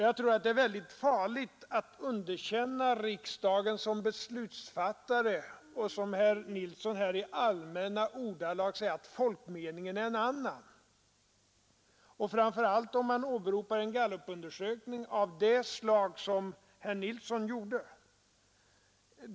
Jag tror att det är väldigt farligt att underkänna riksdagen som beslutsfattare, som herr Nilsson här gör när han i allmänna ordalag säger att folkmeningen är en annan — framför allt att driva enskilda skolor att driva enskilda skolor om man åberopar en gallupundersökning av det slag som herr Nilsson hänvisade till.